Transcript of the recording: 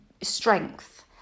strength